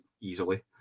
easily